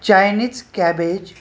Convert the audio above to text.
Chinese cabbage